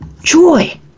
joy